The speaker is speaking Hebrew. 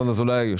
מיליון